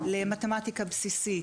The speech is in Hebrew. למתמטיקה בסיסית,